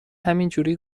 همینجوری